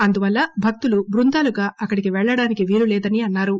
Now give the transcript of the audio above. అందువల్ల భక్తులు బృందాలుగా అక్కడికి పెళ్లడానికి వీలు లేదని అన్నారు